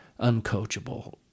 uncoachable